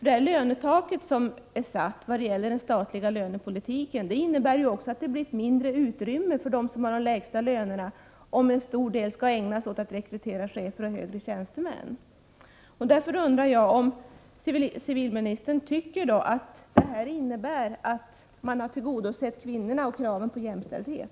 Det lönetak som är satt i den statliga lönepolitiken innebär ju att det blir ett mindre utrymme för dem som har de lägsta lönerna, om en stor del av utrymmet skall ägnas åt att rekrytera chefer och högre tjänstemän. Därför undrar jag om civilministern tycker att man har tillmötesgått kvinnorna och tillgodosett kraven på jämställdhet.